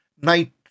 night